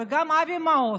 גם אבי מעוז,